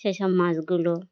সেই সব মাছগুলো